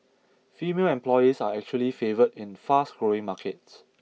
female employees are actually favoured in fast growing markets